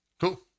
Cool